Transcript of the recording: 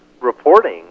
reporting